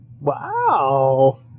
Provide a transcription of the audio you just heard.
wow